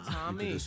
Tommy